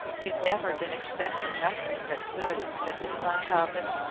we've never been expectin' nothin' that's good, said miss montaubyn.